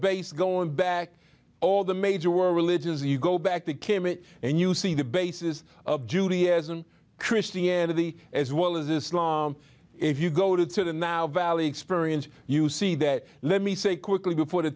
based going back all the major religions you go back to came in and you see the basis of judaism christianity as well as islam if you go to the now valley experience you see that let me say quickly before the